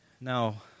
Now